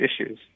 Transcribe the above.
issues